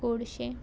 गोडशें